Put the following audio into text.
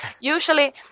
Usually